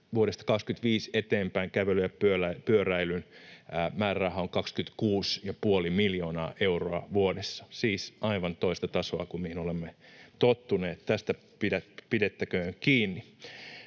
vuodesta 25 eteenpäin kävelyn ja pyöräilyn määräraha on 26,5 miljoonaa euroa vuodessa — siis aivan toista tasoa kuin mihin olemme tottuneet. Tästä pidettäköön kiinni.